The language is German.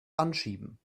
anschieben